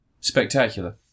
spectacular